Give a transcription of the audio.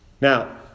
Now